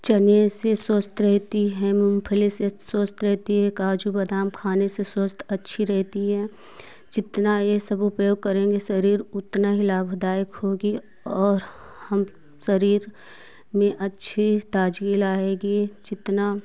चने से स्वस्थ रहती हैं मूंगफली से स्वस्थ रहती है काजू बादाम खाने से स्वस्थ अच्छी रहती हैं जितना यह सब उपयोग करेंगे शरीर उतना ही लाभदायक होगी और हम शरीर में अच्छे ताज़गी लाएगी जितना